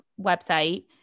website